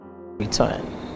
return